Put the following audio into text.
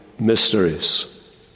Mysteries